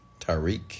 Tariq